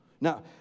Now